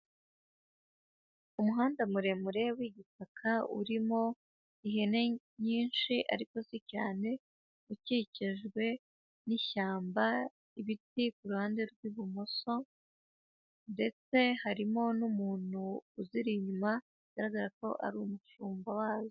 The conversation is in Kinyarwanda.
Umuhanda muremure w'igitaka urimo ihene nyinshi ariko si cyane, ukikijwe n'ishyamba, ibiti ku ruhande rw'ibumoso, ndetse harimo n'umuntu uziri inyuma, bigaragara ko ari umushumba wazo.